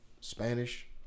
spanish